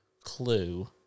clue